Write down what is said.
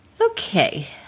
Okay